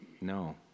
no